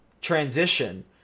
transition